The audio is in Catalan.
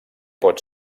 pot